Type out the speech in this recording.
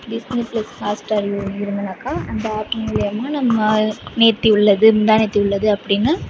Disney plus Hotstar வேணும்னாக்கா அந்த app மூலியமா நம்ம நேற்று உள்ளது முந்தா நேற்று உள்ளது அப்படின்னா